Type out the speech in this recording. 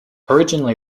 originally